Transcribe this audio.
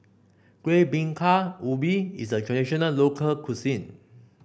Kuih Bingka Ubi is a traditional local cuisine